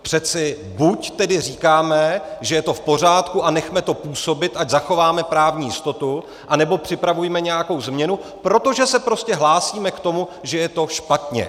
Přeci buď tedy říkáme, že je to v pořádku a nechme to působit, ať zachováme právní jistotu, anebo připravujme nějakou změnu, protože se prostě hlásíme k tomu, že je to špatně.